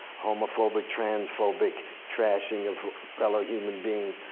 homophobic, trans phobic, trashing of fellow human beings.